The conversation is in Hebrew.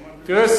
תראה,